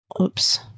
Oops